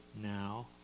now